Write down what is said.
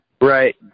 Right